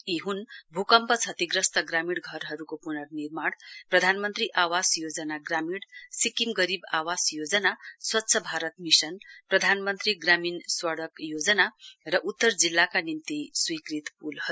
यी हन् भूकम्प क्षतिग्रस्त ग्रामीण घरहरूको प्ननिर्माण प्रधानमन्त्री आवास योजना ग्रामीण सिक्किम गरीब आवास योजना स्वच्छ भारत मिशन प्रधानमन्त्री ग्रामीण सड़क योजना र उत्तर जिल्लाका निम्ति स्वीकृत पुलहरू